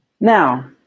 Now